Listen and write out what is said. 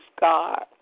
God